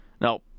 Now